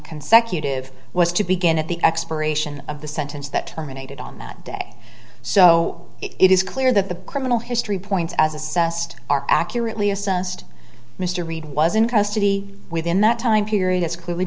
consecutive was to begin at the expiration of the sentence that terminated on that day so it is clear that the criminal history points as assessed are accurately assessed mr reed was in custody within that time period that's clearly